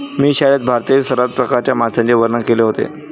मी शाळेत भारतातील सर्व प्रकारच्या माशांचे वर्णन केले होते